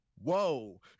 whoa